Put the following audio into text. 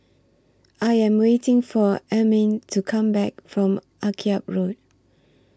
I Am waiting For Ermine to Come Back from Akyab Road